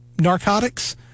narcotics